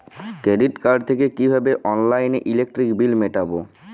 Credit card থেকে কিভাবে অনলাইনে ইলেকট্রিক বিল মেটাবো?